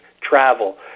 travel